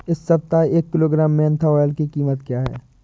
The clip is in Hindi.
इस सप्ताह एक किलोग्राम मेन्था ऑइल की कीमत क्या है?